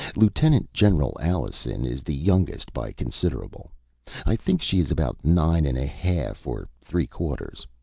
lieutenant-general alison is the youngest by considerable i think she is about nine and a half or three-quarters.